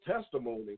testimony